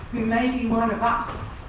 who may be one of us